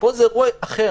פה זה אירוע אחר.